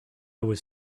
was